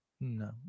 No